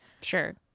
Sure